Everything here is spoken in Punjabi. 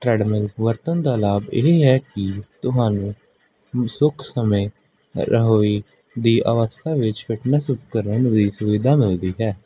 ਟ੍ਰੈਡਮਿਲ ਵਰਤਣ ਦਾ ਲਾਭ ਇਹ ਹੈ ਕਿ ਤੁਹਾਨੂੰ ਸੁਖ ਸਮੇਂ ਰਹੋਈ ਦੀ ਅਵਸਥਾ ਵਿੱਚ ਫਿਟਨੈਸ ਉਪਕਰਨ ਦੀ ਸੁਵਿਧਾ ਮਿਲਦੀ ਹੈ